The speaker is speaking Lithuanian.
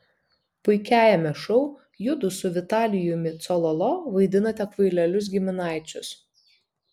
puikiajame šou judu su vitalijumi cololo vaidinate kvailelius giminaičius